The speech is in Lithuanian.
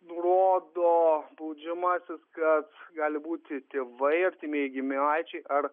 nurodo baudžiamasis kad gali būti tėvai artimieji giminaičiai ar